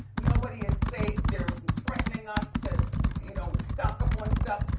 nobody is safe. they're threatening us to you know, stock up on stuff.